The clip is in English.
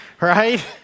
right